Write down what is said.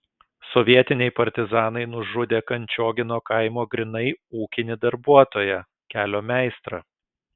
sovietiniai partizanai nužudė kančiogino kaimo grynai ūkinį darbuotoją kelio meistrą